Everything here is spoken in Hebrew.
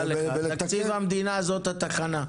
ותקציב המדינה זאת התחנה.